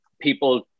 people